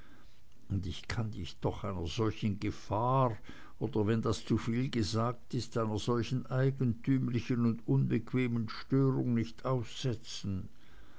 und ich kann dich doch einer solchen gefahr oder wenn das zuviel gesagt ist einer solchen eigentümlichen und unbequemen störung nicht aussetzen